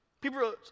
People